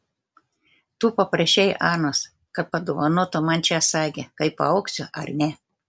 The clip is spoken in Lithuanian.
tu paprašei anos kad padovanotų man šią sagę kai paaugsiu ar ne